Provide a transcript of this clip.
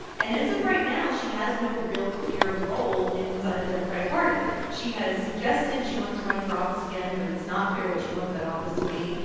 and as of right now, she has no real, clear role inside the democratic party. she has suggested she wants to run for office again, but it's not clear what she wants that office to be.